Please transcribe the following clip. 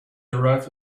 arrived